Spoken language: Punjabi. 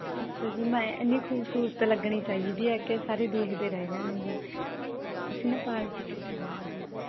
ਅੱਛਾ ਜੀ ਮੈਂ ਇੰਨੀ ਖੂਬਸੂਰਤ ਲੱਗਣੀ ਚਾਹੀਦੀ ਹੈ ਕਿ ਸਾਰੇ ਦੇਖਦੇ ਰਹਿ ਜਾਣ ਜੀ ਅਸੀਂ ਨਾ ਪਾਰਟੀ 'ਤੇ ਜਾਣਾ ਜੀ